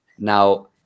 Now